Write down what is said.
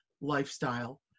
lifestyle